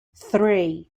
three